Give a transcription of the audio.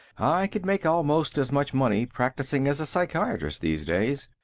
i could make almost as much money practicing as a psychiatrist, these days.